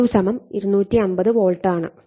V2 250 volt ആണ്